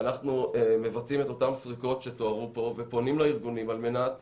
אנחנו מבצעים את אותם סריקות שתוארו פה ופונים לארגונים על מנת